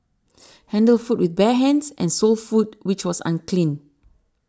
handled food with bare hands and sold food which was unclean